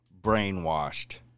Brainwashed